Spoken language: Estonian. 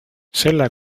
selle